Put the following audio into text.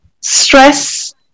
stress